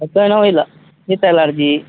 ಹೊಟ್ಟೆ ನೋವು ಇಲ್ಲ ಶೀತ ಅಲರ್ಜಿ